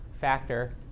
factor